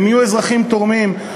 הם יהיו אזרחים תורמים.